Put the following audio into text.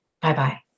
Bye-bye